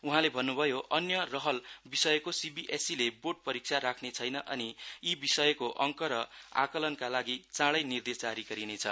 उहांले भन्न् भयो अन्य रहल विषयको सीबीएसई ले बोर्ड परिक्षा राख्ने छैन अनि यी विषयको अङ्क र आंकलनका लागि चाडै निर्देश जारी गरिनेछ